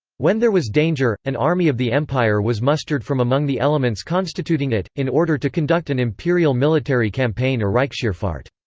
when there was danger, an army of the empire was mustered from among the elements constituting it, in order to conduct an imperial military campaign or reichsheerfahrt.